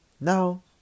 now